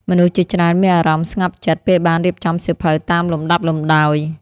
មនុស្សជាច្រើនមានអារម្មណ៍ស្ងប់ចិត្ត ពេលបានរៀបចំសៀវភៅតាមលំដាប់លំដោយ។